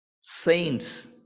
Saints